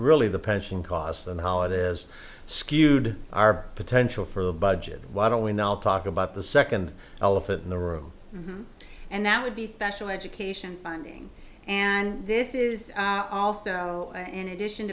really the pension costs and how it is skewed our potential for a budget why don't we now talk about the second elephant in the room and that would be special education funding and this is also in addition